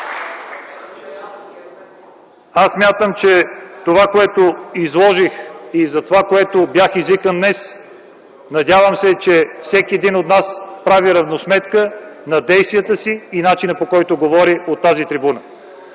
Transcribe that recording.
Аз смятам, че това, което изложих, и за това, за което бях извикан днес, надявам се, е повод всеки един от нас да направи равносметка на действията си и начина, по който говори от тази трибуна.